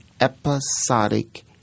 episodic